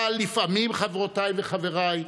אבל לפעמים, חברותיי וחבריי,